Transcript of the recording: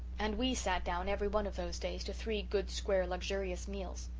and we sat down every one of those days to three good square luxurious meals!